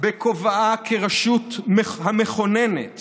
בכובעה כרשות המכוננת